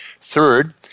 Third